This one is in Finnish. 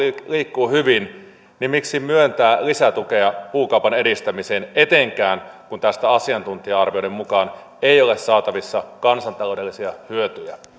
liikkuu hyvin miksi myöntää lisätukea puukaupan edistämiseen etenkään kun tästä asiantuntija arvioiden mukaan ei ole saatavissa kansantaloudellisia hyötyjä